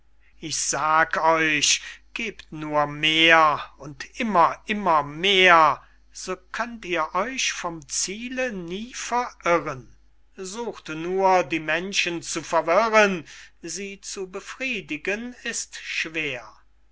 ich sag euch gebt nur mehr und immer immer mehr so könnt ihr euch vom ziele nie verirren sucht nur die menschen zu verwirren sie zu befriedigen ist schwer